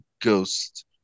Ghost